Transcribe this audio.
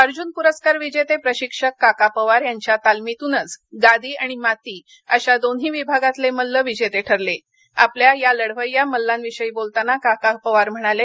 अर्जून पुरस्कार विजेते प्रशिक्षक काका पवार यांच्या तालमीतूनच गादी आणि माती अशा दोन्ही विभागातले मल्ल विजेते ठरले आपल्या या लढवैय्या माल्लांविषयी बोलताना काका पवार म्हणाले